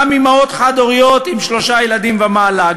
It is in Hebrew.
גם אימהות חד-הוריות עם שלושה ילדים ומעלה,